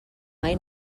mai